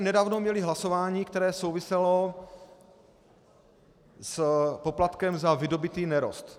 Nedávno jsme tady měli hlasování, které souviselo s poplatkem za vydobytý nerost.